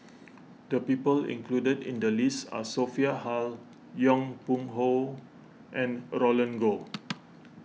the people included in the list are Sophia Hull Yong Pung How and Roland Goh